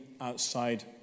outside